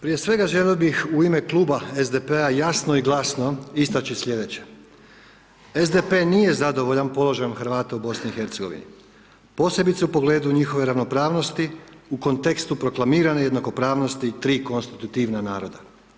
Prije svega želio bi u ime Kluba SDP-a jasno i glasno istači sljedeće, SDP nije zadovoljan položajem Hrvata u BIH, posebice u pogledu njihove ravnopravnosti u kontekstu proklamirane jednakopravnosti i 3 konstitutivna naroda.